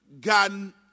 gotten